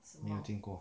没有听过